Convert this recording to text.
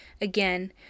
again